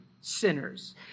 sinners